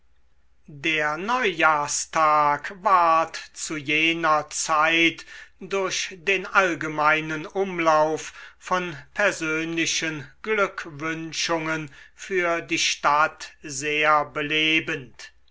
der neujahrstag ward zu jener zeit durch den allgemeinen umlauf von persönlichen glückwünschungen für die stadt sehr belebend